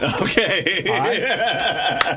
Okay